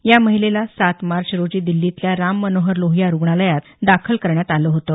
या महिलेला सात मार्च रोजी दिल्लीतल्या राम मनोहर लोहिया रुग्णालयात दाखल करण्यात आलं होतं